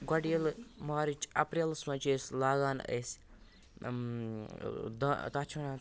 گۄڈٕ ییٚلہِ مارٕچ اپریلَس منٛز چھِ أسۍ لاگان أسۍ دا تَتھ چھِ وَنان